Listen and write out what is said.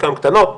חלקן קטנות,